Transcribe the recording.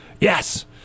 Yes